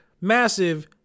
massive